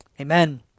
Amen